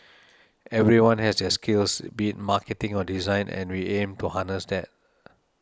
everyone has their skills be it marketing or design and we aim to harness that